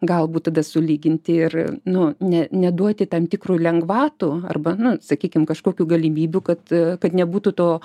galbūt tada sulyginti ir nu ne neduoti tam tikrų lengvatų arba nu sakykim kažkokių galimybių kad kad nebūtų to